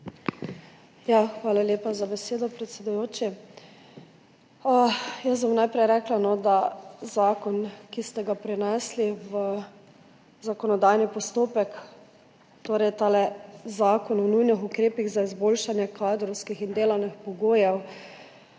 Hvala lepa za besedo, predsedujoči. Jaz bom najprej rekla, da je zakon, ki ste ga prinesli v zakonodajni postopek, torej Zakon o nujnih ukrepih za izboljšanje kadrovskih in delovnih pogojev